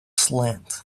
slant